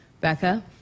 Becca